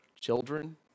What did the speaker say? children